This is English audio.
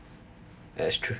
that's true